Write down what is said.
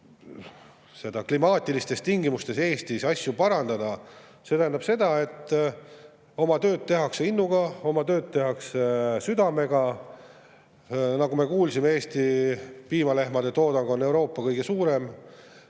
Eesti klimaatilistes tingimustes asju parandada, tähendab seda, et oma tööd tehakse innuga ja oma tööd tehakse südamega. Nagu me kuulsime, on Eesti piimalehmade toodang Euroopa kõige suurem,